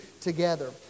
together